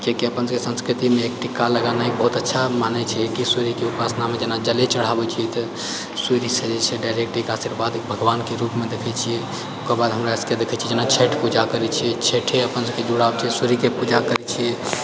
किआकि अपन सभके सन्स्कृतिमे टीका लगेने बहुत अच्छा मानय छै कि जेना सूर्यके उपासनामे जले चढ़ाबै छियै तऽ सूर्यसँ जेछै डायरेक्ट टीकासँ भगवानके रूपमे देखै छियै ओकर बाद हमरा सभके देखै छियै जेना छैठ पूजा करै छियै छैठे अपना सभके जुड़ाव छै सूर्यके पूजा करै छियै